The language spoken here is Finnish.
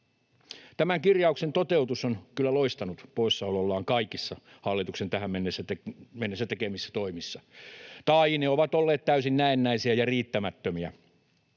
Tämän kirjauksen toteutus on kyllä loistanut poissaolollaan kaikissa hallituksen tähän mennessä tekemissä toimissa, tai ne ovat olleet täysin näennäisiä ja riittämättömiä.